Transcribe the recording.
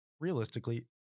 realistically